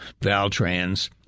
Valtrans